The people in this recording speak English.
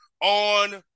on